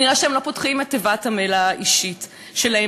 נראה שהם לא פותחים את תיבת המייל האישית שלהם